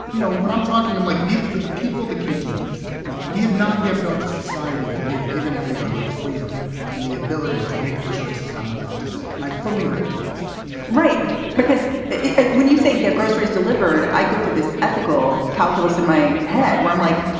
you know, when i'm talking, i'm like, dude, for the people that can do this, like we have not yet built a society where we have given everybody the freedom and the ability to make the choices, i'm about to say. and i fully recognize that. right because when you say get groceries delivered. i go to this ethical calculus in my head where i'm like,